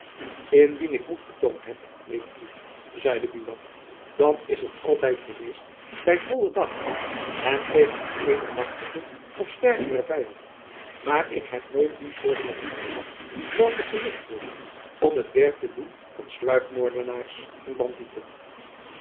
indien ik moed getoond heb neef kievit zeide buat dan is het altijd geweest by vollen dag en tegen een even machtigen of een sterkeren vyand maar ik heb nooit die soort van moed gehad welke verricht wordt om het werk te doen van sluipmoordenaars en bandieten